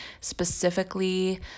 specifically